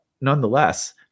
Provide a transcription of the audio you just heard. nonetheless